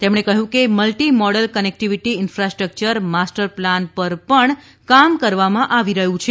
તેમણે કહ્યું કે multi modal connectivity infrastructure master plan પર પણ કામ કરવામાં આવી રહ્યું છે